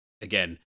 again